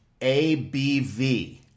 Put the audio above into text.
ABV